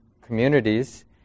communities